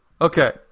Okay